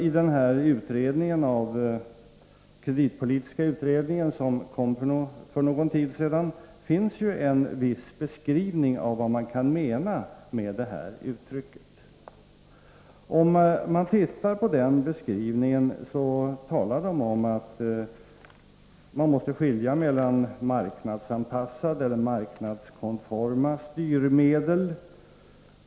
I den kreditpolitiska utredningen, som kom för någon tid sedan, finns en viss beskrivning av vad man kan mena med detta uttryck. Om vi tittar på den beskrivningen finner vi att det talas om att man måste skilja mellan marknadsanpassade eller marknadskonforma styrmedel och reglerande styrmedel.